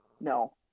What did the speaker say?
no